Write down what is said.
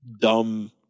dumb